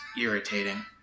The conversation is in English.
irritating